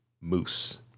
Moose